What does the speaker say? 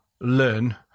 learn